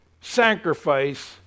sacrifice